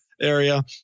Area